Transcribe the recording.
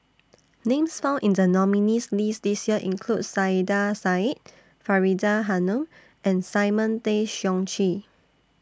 Names found in The nominees' list This Year include Saiedah Said Faridah Hanum and Simon Tay Seong Chee